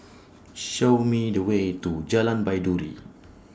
Show Me The Way to Jalan Baiduri